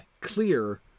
clear